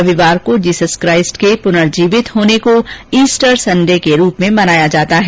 रविवार को Jesus Christ के प्नर्जीवित होने को ईस्टर संडे के रूप में मनाया जाता है